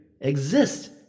Exist